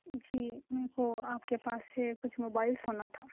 جی میرے کو آپ کے پاس سے کچھ موبائلس ہونا تھا